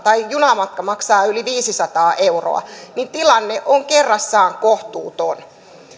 tai junamatka maksaa yli viisisataa euroa niin tilanne on kerrassaan kohtuuton